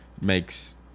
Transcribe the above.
makes